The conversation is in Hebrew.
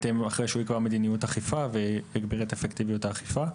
אחרי שהוא יקבע מדיניות אכיפה ויגביר את אפקטיביות האכיפה.